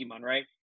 right